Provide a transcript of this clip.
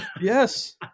yes